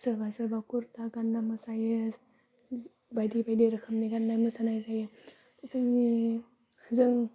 सोरबा सोरबा खुरटा गान्ना मोसायो बायदि बायदि रोखोमनि गान्ना मोसानाय जायो जोंनि जों